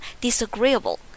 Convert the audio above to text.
disagreeable